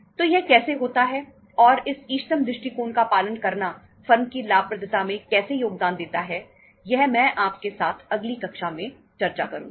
तो यह कैसे होता है और इष्टतम दृष्टिकोण का पालन करना फर्म की लाभप्रदता में कैसे योगदान देता है यह मैं आपके साथ अगली कक्षा में चर्चा करूंगा